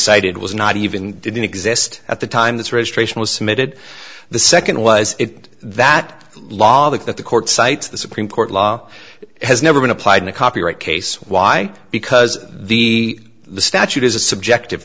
cited was not even didn't exist at the time this registration was submitted the second was it that law that that the court cites the supreme court law has never been applied in a copyright case why because the statute is a subjective